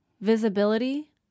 visibility